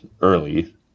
early